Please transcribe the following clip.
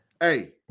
hey